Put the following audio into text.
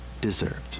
deserved